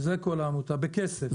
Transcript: זה כל העמותה בכסף.